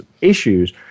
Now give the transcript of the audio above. issues